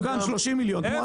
איפה